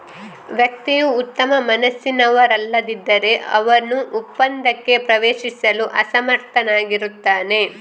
ವ್ಯಕ್ತಿಯು ಉತ್ತಮ ಮನಸ್ಸಿನವರಲ್ಲದಿದ್ದರೆ, ಅವನು ಒಪ್ಪಂದಕ್ಕೆ ಪ್ರವೇಶಿಸಲು ಅಸಮರ್ಥನಾಗಿರುತ್ತಾನೆ